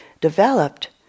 developed